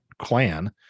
clan